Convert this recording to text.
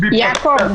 -- רגע.